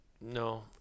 no